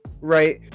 Right